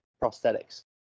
prosthetics